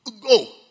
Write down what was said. Go